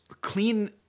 clean